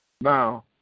Now